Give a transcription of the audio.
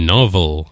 Novel